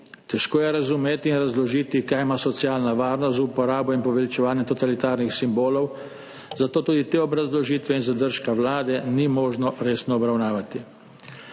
Težko je razumeti in razložiti, kaj ima socialna varnost z uporabo in poveličevanje totalitarnih simbolov, zato tudi te obrazložitve in zadržka Vlade ni možno resno obravnavati.